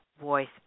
voice